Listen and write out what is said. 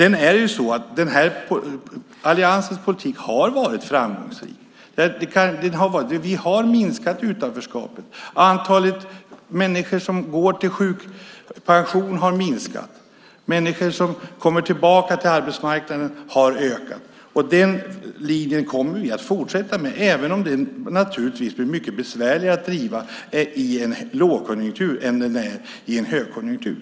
Alliansens politik har varit framgångsrik. Vi har minskat utanförskapet, och antalet människor som gått i sjukpension har minskat. Antalet människor som kommer tillbaka till arbetsmarknaden har ökat. Den linjen kommer vi att fortsätta med även om den naturligtvis blir mycket besvärligare att driva i en lågkonjunktur än i en högkonjunktur.